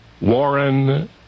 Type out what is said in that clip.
Warren